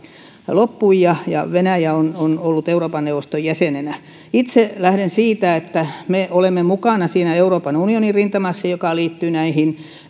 loppui ja ja venäjä on on ollut euroopan neuvoston jäsenenä itse lähden siitä että me olemme mukana siinä euroopan unionin rintamassa joka liittyy näihin